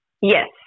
Yes